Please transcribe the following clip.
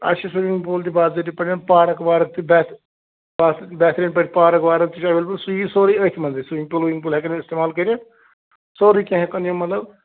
اَسہِ چھُ swimming pool تہِ باضٲبطہٕ پٲٹھٮ۪ن پارٕک وارٕک تہِ بیٚیہِ بہتریٖن پٲٹھۍ پارٕک وارٕک تہِ چھِ ایٚولیبُل سُہ یِیہِ سورُے أتھۍ منٛزٕے سویمِنٛگ پوٗل وُیمِنٛگ پوٗل ہٮ۪کن اِستعمال کٔرِتھ سورُے کیٚنٛہہ ہٮ۪کن یِم مطلب